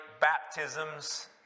baptisms